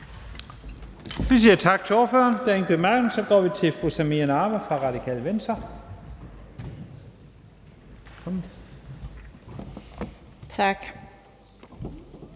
Vi siger tak til ordføreren. Der er ingen korte bemærkninger. Så går vi til fru Samira Nawa, Radikale Venstre.